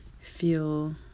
feel